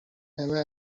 همه